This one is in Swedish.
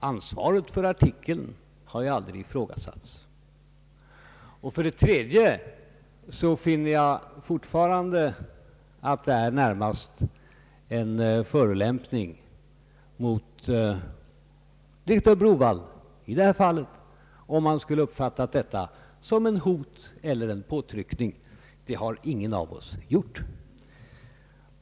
Ansvaret för artikeln har jag aldrig ifrågasatt. För det tredje finner jag fortfarande att det närmast är en förolämpning mot direktör Browaldh, om han i detta fall skulle ha uppfattat det hela som ett hot eller en påtryckning — det har ingen av oss gjort.